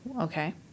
Okay